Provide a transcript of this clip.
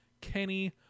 Kenny